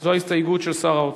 זאת ההסתייגות של שר האוצר.